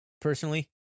Personally